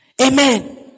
Amen